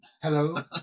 Hello